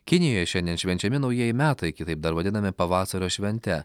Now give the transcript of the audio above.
kinijoje šiandien švenčiami naujieji metai kitaip dar vadinami pavasario švente